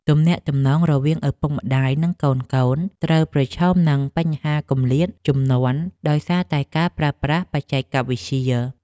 ទំនាក់ទំនងរវាងឪពុកម្ដាយ និងកូនៗត្រូវប្រឈមនឹងបញ្ហាគម្លាតជំនាន់ដោយសារតែការប្រើប្រាស់បច្ចេកវិទ្យា។